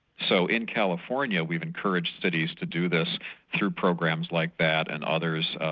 so in california, we've encouraged cities to do this through programs like that, and others,